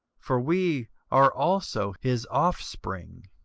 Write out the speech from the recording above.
for we are also his offspring.